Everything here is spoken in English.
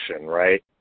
right